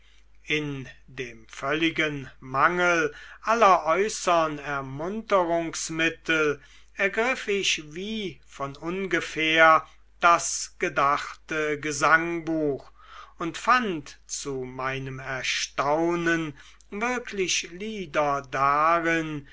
in dem völligen mangel aller äußeren ermunterungsmittel ergriff ich wie von ungefähr das gedachte gesangbuch und fand zu meinem erstaunen wirklich lieder darin